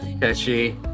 catchy